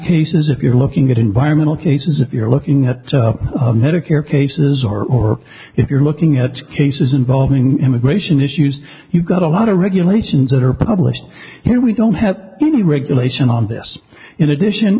cases if you're looking at environmental cases if you're looking at medicare cases or if you're looking at cases involving immigration issues you've got a lot of regulations that are published here we don't have any regulation on this in addition